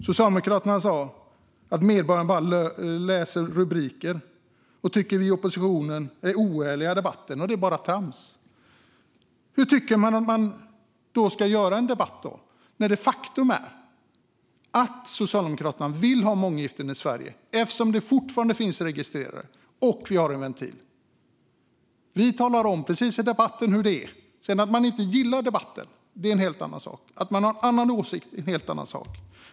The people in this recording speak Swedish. Socialdemokraterna sa att medborgarna bara läser rubriker, och de tycker att vi i oppositionen är oärliga i debatten. Det är bara trams. Hur ska man då göra i en debatt när det är ett faktum att Socialdemokraterna vill ha månggiften i Sverige, eftersom de fortfarande finns registrerade och det finns en ventil? Vi talar i debatten om precis hur det är. Att man inte gillar debatten är en helt annan sak. Att man har en annan åsikt är en helt annan sak.